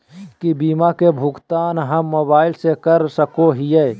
की बीमा के भुगतान हम मोबाइल से कर सको हियै?